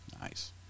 Nice